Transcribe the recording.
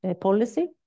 policy